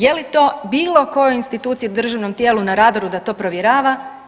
Je li to bilo kojoj instituciji u državnom tijelu na radaru da to provjerava?